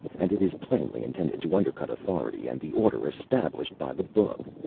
and it is plainly intended to undercut authority and the order established by the book.